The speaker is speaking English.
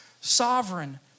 sovereign